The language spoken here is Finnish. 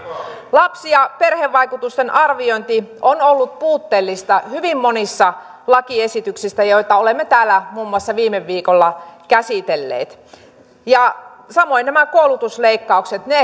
lapsi ja perhevaikutusten arviointi on ollut puutteellista hyvin monissa lakiesityksissä joita olemme täällä muun muassa viime viikolla käsitelleet samoin myöskin nämä koulutusleikkaukset